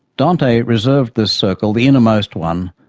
dante reserved this circle, the innermost one,